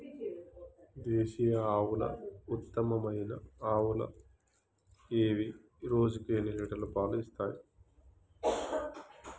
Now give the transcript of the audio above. దేశీయ ఆవుల ఉత్తమమైన ఆవులు ఏవి? రోజుకు ఎన్ని లీటర్ల పాలు ఇస్తాయి?